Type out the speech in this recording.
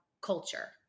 culture